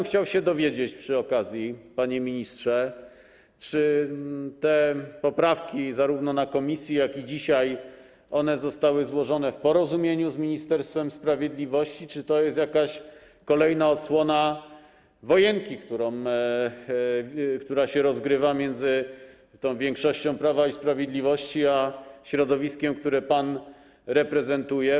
Chciałbym dowiedzieć się przy okazji, panie ministrze, czy te poprawki zarówno na posiedzeniu komisji, jak i dzisiaj, zostały złożone w porozumieniu z Ministerstwem Sprawiedliwości, czy to jest jakaś kolejna odsłona wojenki, która się rozgrywa między tą większością Prawa i Sprawiedliwości a środowiskiem, które pan reprezentuje.